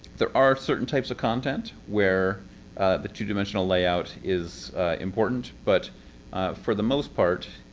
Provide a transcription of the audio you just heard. there are certain types of content, where the two-dimensional layout is important. but for the most part,